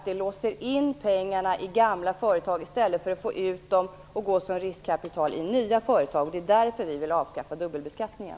Det låser pengarna i gamla företag i stället för att de kan ingå som riskkapital i nya företag. Det är därför som vi vill avskaffa dubbelbeskattningen.